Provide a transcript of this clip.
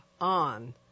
on